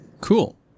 Cool